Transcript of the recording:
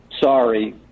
Sorry